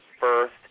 first